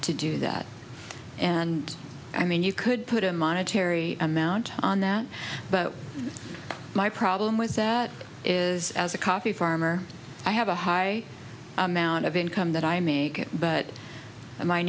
that and i mean you could put a monetary amount on that but my problem with that is as a coffee farmer i have a high amount of income that i make but my